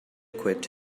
quit